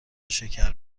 شکر